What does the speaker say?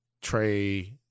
Trey